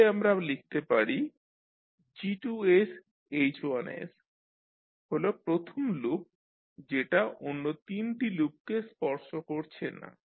তাহলে আমরা লিখতে পারি যে G2sH1 হল প্রথম লুপ যেটা অন্য 3 টি লুপকে স্পর্শ করছে না